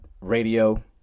Radio